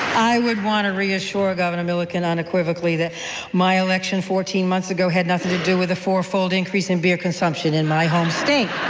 i would want to reassure governor milliken unequivocally that my election fourteen months ago had nothing to do with the fourfold increase in beer consumption in my home state.